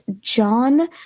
John